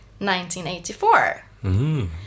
1984